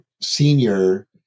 senior